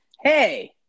Hey